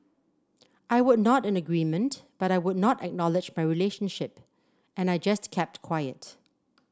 I would nod in agreement but I would not acknowledge my relationship and I just kept quiet